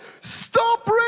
stop